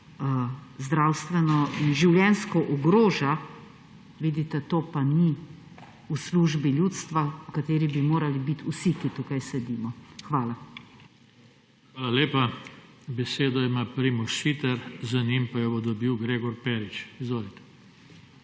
zdravstveno, življenjsko ogroža. Vidite, to pa ni v službi ljudstva, v kateri bi morali biti vsi, ki tukaj sedimo. Hvala. PODPREDSEDNIK JOŽE TANKO: Hvala lepa. Besedo ima Primož Siter, za njim pa jo bo dobil Gregor Perič. Izvoli.